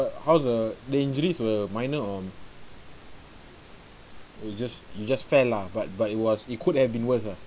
how uh the injuries were minor on you just you just fair lah but but it was it could have been worse ah